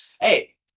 Hey